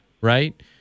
right